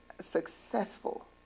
successful